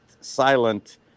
silent